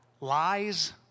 lies